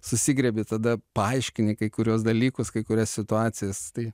susigriebi tada paaiškini kai kuriuos dalykus kai kurias situacijas tai